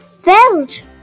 felt